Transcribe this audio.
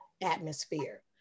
atmosphere